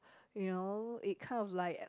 you know it kind of like